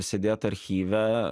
sėdėt archyve